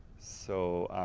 so